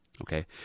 Okay